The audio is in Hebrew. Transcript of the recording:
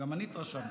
גם אני התרשמתי.